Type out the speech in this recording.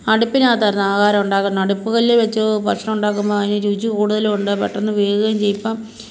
അടുപ്പിനകത്തായിരുന്നു ആഹാരം ഉണ്ടാക്കുന്നത് അടുപ്പ് കല്ല് വെച്ചു ഭക്ഷണം ഉണ്ടാക്കുമ്പം അതിന് രുചി കൂടുതലുണ്ട് പെട്ടെന്ന് വെകുകയും ചെയ്യും ഇപ്പം